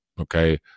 Okay